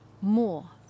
more